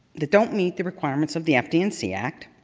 that don't meet the requirements of the fd and c act,